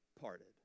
parted